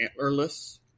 antlerless